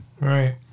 Right